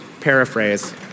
paraphrase